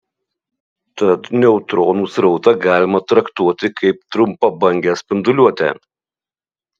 tad neutronų srautą galima traktuoti kaip trumpabangę spinduliuotę